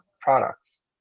products